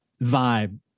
vibe